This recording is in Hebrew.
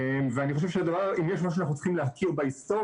אני חושב שאם יש מה שאנחנו צריכים להכיר בהיסטוריה,